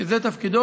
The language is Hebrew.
שזה תפקידו,